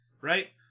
Right